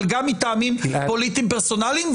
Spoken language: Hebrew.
אבל גם מטעמים פוליטיים פרסונליים,